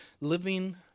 living